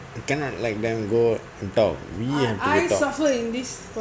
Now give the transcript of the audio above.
so we cannot let them go and talk we can talk